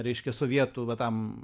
reiškia sovietų va tam